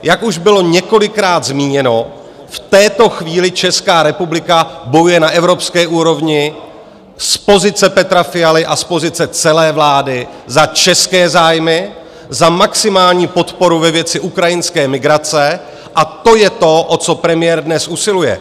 Jak už bylo několikrát zmíněno, v této chvíli Česká republika bojuje na evropské úrovni z pozice Petra Fialy a z pozice celé vlády za české zájmy za maximální podporu ve věci ukrajinské migrace, a to je to, o co premiér dnes usiluje.